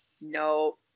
No